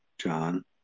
John